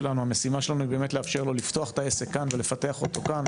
המשימה שלנו היא באמת לאפשר לו לפתוח את העסק כאן ולפתח אותו כאן,